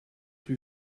rue